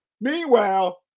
Meanwhile